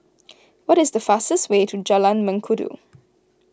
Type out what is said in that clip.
what is the fastest way to Jalan Mengkudu